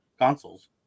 consoles